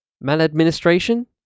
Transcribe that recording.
Maladministration